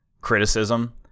criticism